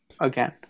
Again